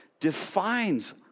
defines